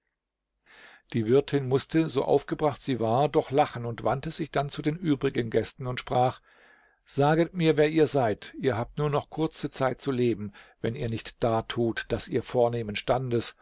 die wirtin mußte so aufgebracht sie war doch lachen und wandte sich dann zu den übrigen gästen und sprach saget mir wer ihr seid ihr habt nur noch kurze zeit zu leben wenn ihr nicht dartut daß ihr vornehmen standes